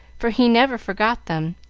for he never forgot them,